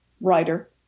writer